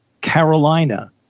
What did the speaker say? Carolina